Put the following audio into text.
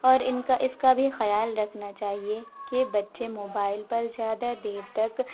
اور ان کا اس کا بھی خیال رکھنا چاہیے کہ بچے موبائل پر زیادہ دیر تک